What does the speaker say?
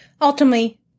Ultimately